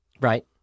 Right